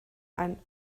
and